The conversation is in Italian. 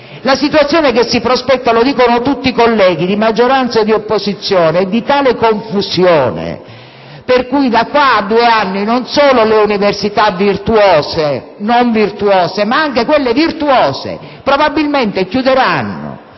La situazione che si prospetta - lo dicono tutti i colleghi, di maggioranza e di opposizione - è di tale confusione che da qua a due anni non solo le università non virtuose, ma anche quelle virtuose probabilmente chiuderanno.